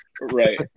Right